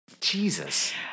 Jesus